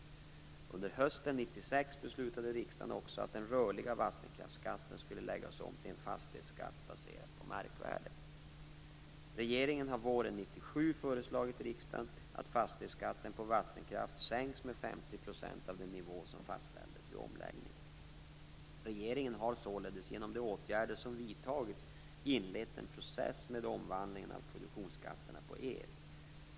Under hösten 1996 beslutade riksdagen också att den rörliga vattenkraftsskatten skulle läggas om till en fastighetsskatt baserad på markvärdet. Regeringen har våren 1997 föreslagit riksdagen att fastighetsskatten på vattenkraft sänks med 50 % av den nivå som fastställdes vid omläggningen. Regeringen har således genom de åtgärder som vidtagits inlett en process med omvandling av produktionsskatterna på el.